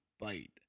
bite